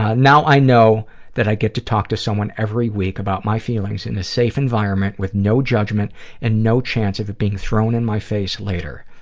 ah now i know that i get to talk to someone every week about my feelings in a safe environment, with no judgment and no chance of it being thrown in my face later.